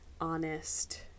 honest